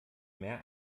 mehr